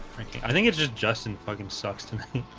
i think it's just justin fucking sucks tonight.